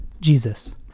jesus